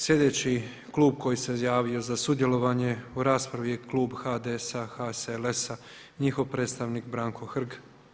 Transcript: Sljedeći klub koji se javio za sudjelovanje u raspravi je Klub HDS-a HSLS-a i njihov predstavnik Branko Hrg.